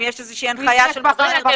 אם יש איזושהי הנחיה של משרד הבריאות.